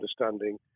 understanding